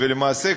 ולמעשה,